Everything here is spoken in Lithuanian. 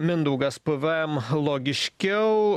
mindaugas pvm logiškiau